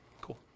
Cool